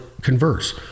converse